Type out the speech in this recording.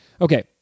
Okay